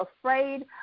afraid